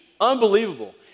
unbelievable